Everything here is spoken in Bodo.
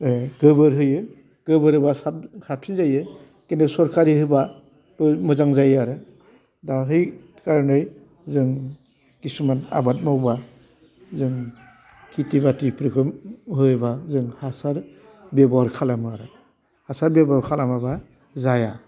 गोबोर होयो गोबोरबा साबसिन जायो खिन्थु सोरखारि होबा मोजां जायो आरो दा है खारनै जों खिसुमान आबाद मावोबा जों खेथि बाथिफोरखौ होयोबा जों हासार बेबहार खालामो आरो हासार बेबहार खालामाबा जाया